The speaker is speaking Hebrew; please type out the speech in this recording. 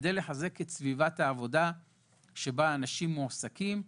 כדי לחזק את סביבת העבודה שבה אנשים מועסקים.